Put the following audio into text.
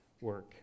work